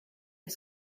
est